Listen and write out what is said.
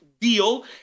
deal